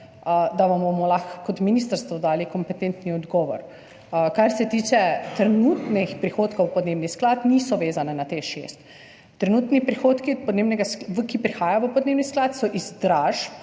vam bomo lahko kot ministrstvo dali kompetentni odgovor. Kar se tiče trenutnih prihodkov v podnebni sklad, niso vezani na Teš 6. Trenutni prihodki, ki prihajajo v podnebni sklad, so iz dražb